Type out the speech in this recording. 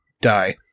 die